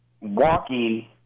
walking